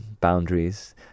boundaries